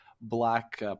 black